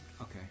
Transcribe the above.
okay